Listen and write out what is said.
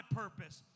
purpose